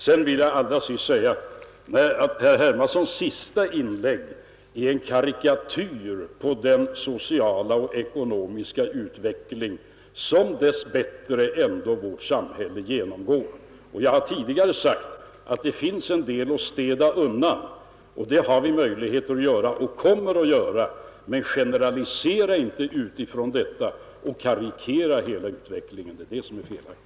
Till sist vill jag säga att herr Hermanssons senaste inlägg innehöll en karikatyr på den sociala och ekonomiska utveckling som vårt samhälle dess bättre ändå genomgår. Jag har tidigare sagt att det finns en del att städa undan, och det har vi möjligheter att göra och kommer att göra. Men generalisera inte utifrån detta och karikera inte hela utvecklingen! Det är det som är felaktigt.